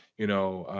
you know,